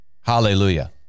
Hallelujah